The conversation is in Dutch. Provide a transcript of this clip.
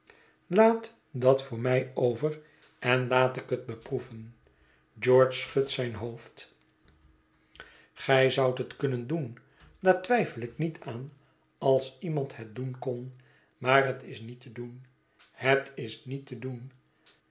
laat dat voor mij over en laat ik het beproeven george schudt zijn hoofd gij zoudt het kunnen doen daar twijfel ik niet aan als iemand het doen kon maar het is niet te doen het is niet te doen